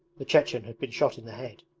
the chechen had been shot in the head.